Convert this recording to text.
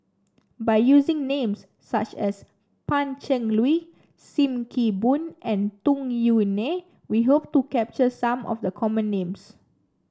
by using names such as Pan Cheng Lui Sim Kee Boon and Tung Yue Nang we hope to capture some of the common names